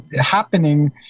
happening